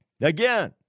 Again